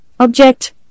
object